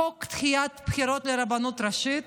חוק דחיית בחירות לרבנות הראשית